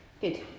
Good